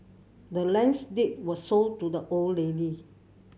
the land's deed was sold to the old lady